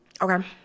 Okay